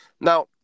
Now